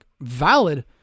valid